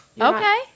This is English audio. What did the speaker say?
okay